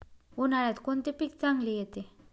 उन्हाळ्यात कोणते पीक चांगले येते?